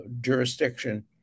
Jurisdiction